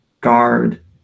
guard